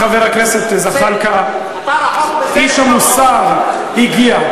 חבר הכנסת זחאלקה, איש המוסר, הגיע.